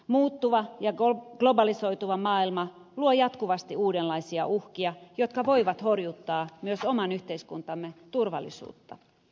muuttuva ja globalisoituva maailma luo jatkuvasti uudenlaisia uhkia jotka voivat horjuttaa myös oman yhteiskuntamme turvallisuutta